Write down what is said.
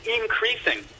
increasing